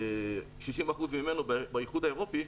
60% ממנו באיחוד האירופי,